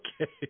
Okay